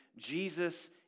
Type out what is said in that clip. Jesus